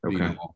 Okay